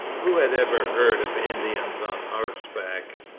who had ever heard of indians on horseback?